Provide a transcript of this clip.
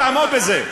תעמוד בזה.